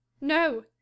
No